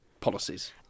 policies